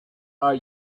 are